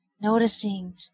Noticing